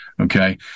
Okay